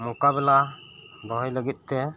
ᱢᱚᱠᱟ ᱵᱮᱞᱟ ᱫᱚᱦᱚᱭ ᱞᱟᱹᱜᱤᱫ ᱛᱮ